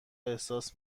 احساس